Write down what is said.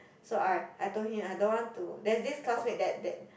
so I I told him I don't want to there's this classmate that that